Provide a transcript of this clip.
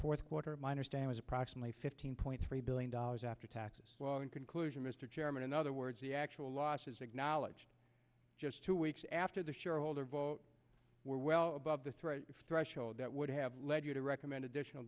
fourth quarter of mine or stan was approximately fifteen point three billion dollars after taxes well in conclusion mr chairman in other words the actual losses acknowledged just two weeks after the shareholder vote were well above the threat threshold that would have led you to recommend additional